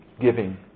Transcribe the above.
Giving